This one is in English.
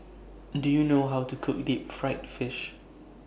Do YOU know How to Cook Deep Fried Fish